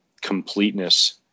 completeness